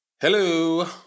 Hello